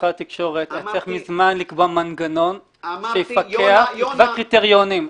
משרד התקשורת היה צריך מזמן לקבוע מנגנון שיפקח ויקבע קריטריונים.